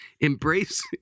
embrace